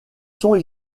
sont